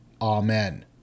Amen